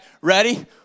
Ready